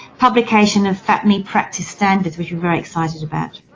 publication of fapmi practice standards, which we're very excited about.